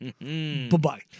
Bye-bye